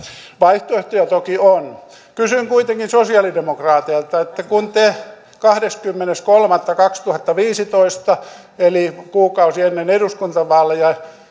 vaihtoehtoja toki on kysyn kuitenkin sosialidemokraateilta te kahdeskymmenes kolmatta kaksituhattaviisitoista eli kuukausi ennen eduskuntavaaleja